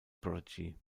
prodigy